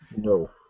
no